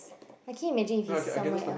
I can imagine if he's somewhere else